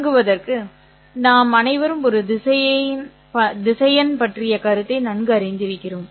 தொடங்குவதற்கு நாம் அனைவரும் ஒரு திசையன் பற்றிய கருத்தை நன்கு அறிந்திருக்கிறோம்